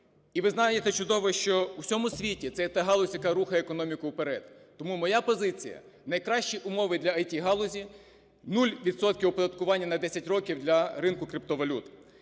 І ви знаєте чудово, що в усьому світі це та галузь, яка рухає економіку вперед. Тому моя позиція – найкращі умови для ІТ-галузі, 0 відсотків оподаткування на 10 років для ринку криптовалют.